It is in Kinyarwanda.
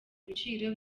ibiciro